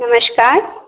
नमस्कार